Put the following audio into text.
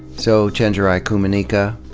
so chenjerai kumanyika,